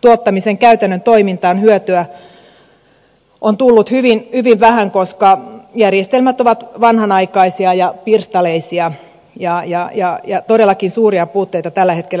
tuottamisen käytännön toimintaan hyötyä on tullut hyvin hyvin vähän koska järjestelmät ovat vanhanaikaisia ja pirstaleisia ja todellakin suuria puutteita tällä hetkellä tietojärjestelmissä on